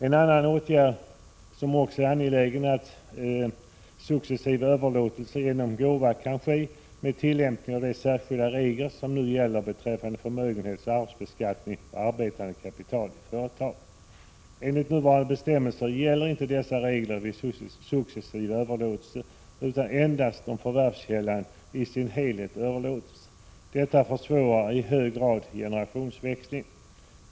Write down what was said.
En annan angelägen åtgärd är att successiva överlåtelser genom gåva skall kunna ske med tillämpning av de särskilda regler som gäller beträffande förmögenhetsoch arvsbeskattningen på arbetande kapital i företag. Enligt nuvarande bestämmelser gäller inte dessa regler vid successiva överlåtelser utan endast om förvärvskällan i sin helhet överlåts. Detta försvårar i hög grad generationsväxling.